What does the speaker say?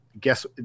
guess